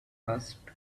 asked